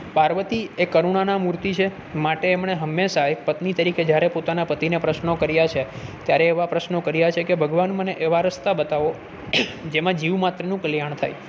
પાર્વતી એ કરુણાંના મૂર્તિ છે માટે એમણે હંમેશાં એક પત્ની તરીકે જ્યારે પોતાના પતિને પ્રશ્નો કર્યા છે ત્યારે એવા પ્રશ્નો કર્યા છેકે ભગવાન મને એવા રસ્તા બતાવો જીવ માત્રનું કલ્યાણ થાય